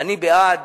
אני בעד